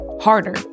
harder